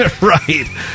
Right